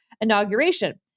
inauguration